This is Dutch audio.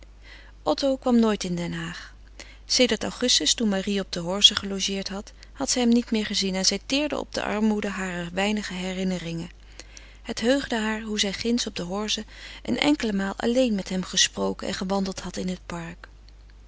otto kwam nooit in den haag sedert augustus toen marie op de horze gelogeerd had had zij hem niet meer gezien en zij teerde op de armoede harer weinige herinneringen het heugde haar hoe zij ginds op de horze een enkele maal alleen met hem gesproken en gewandeld had in het park